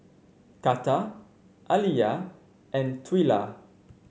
Karter Aliyah and Twila